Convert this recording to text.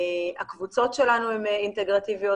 הקבוצות שלנו הן אינטגרטיביות,